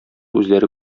үзләре